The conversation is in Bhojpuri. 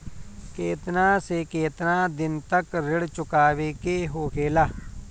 केतना से केतना दिन तक ऋण चुकावे के होखेला?